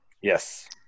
yes